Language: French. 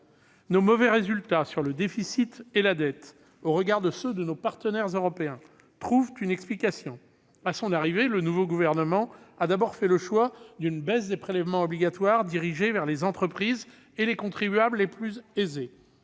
Nos mauvais résultats sur le déficit et la dette au regard de ceux de nos partenaires européens trouvent une explication. À son arrivée, le nouveau gouvernement a d'abord fait le choix d'une baisse des prélèvements obligatoires dirigée vers les entreprises et les contribuables les plus aisés.